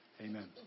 Amen